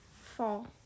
Fall